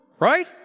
right